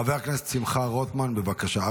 חבר הכנסת שמחה רוטמן, בבקשה.